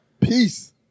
Peace